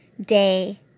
day